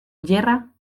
yerra